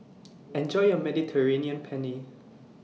Enjoy your Mediterranean Penne